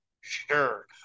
Sure